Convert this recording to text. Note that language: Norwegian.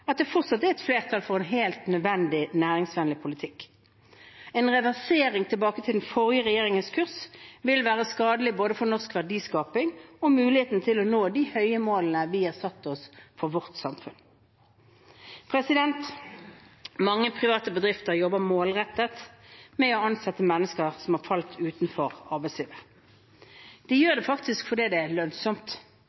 at det fortsatt er flertall for en helt nødvendig næringsvennlig politikk. En reversering tilbake til den forrige regjeringens kurs vil være skadelig både for norsk verdiskaping og for muligheten til å nå de høye målene vi har satt oss for vårt samfunn. Mange private bedrifter jobber målrettet med å ansette mennesker som har falt utenfor arbeidslivet. De gjør det